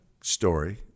story